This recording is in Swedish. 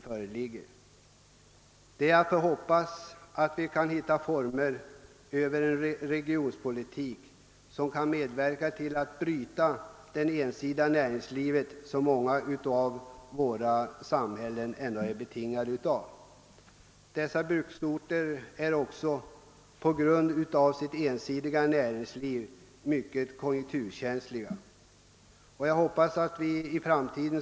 Jag hoppas att regionpolitiken skall ge oss möjlighet att ändra förhållandena så att vi kan få ett mer mångsidigt näringsliv som inte blir så kon junkturkänsligt som det nuvarande.